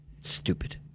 Stupid